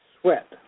sweat